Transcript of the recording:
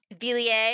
Villiers